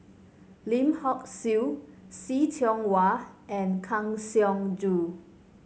Lim Hock Siew See Tiong Wah and Kang Siong Joo